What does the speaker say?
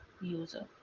user